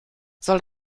soll